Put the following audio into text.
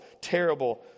terrible